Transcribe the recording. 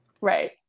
Right